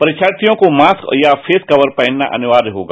परीक्षार्थियों को मास्क या फेस कवर पहनना अनिवार्य होगा